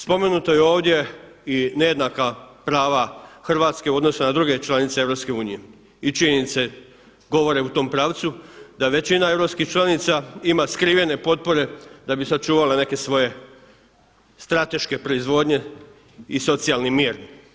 Spomenuto je ovdje i nejednaka prava Hrvatske u odnosu na druge članice EU i činjenice govore u tom pravcu, da većina europskih članica ima skrivene potpore da bi sačuvale neke svoje strateške proizvodnje i socijalni mir.